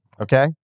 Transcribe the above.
okay